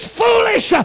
foolish